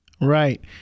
right